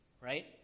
right